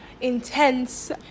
intense